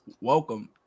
Welcome